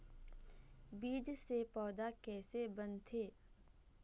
बीज से पौधा कैसे बनथे?